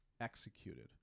executed